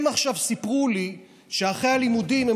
הם עכשיו סיפרו לי שאחרי הלימודים הם